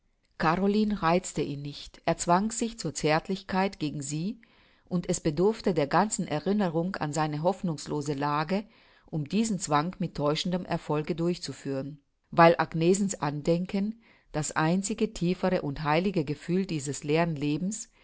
caroline reizte ihn nicht er zwang sich zur zärtlichkeit gegen sie und es bedurfte der ganzen erinnerung an seine hoffnungslose lage um diesen zwang mit täuschendem erfolge durchzuführen weil agnesens angedenken das einzige tiefere und heilige gefühl dieses